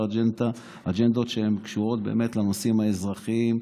אג'נדות שקשורות באמת לנושאים האזרחיים,